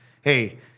hey